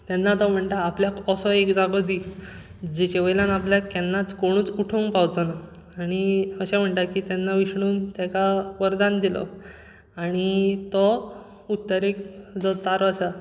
तेन्ना तो म्हणटा आपल्याक असो एक जागो दी जेचेवयल्यान आपल्याक केन्नाच कोणूच उठोवंक पावचो ना आनी अशें म्हणटात कि तेन्ना ताका विष्णून तेका वरदान दिलो आनी तो उत्तरेक जो तारो आसा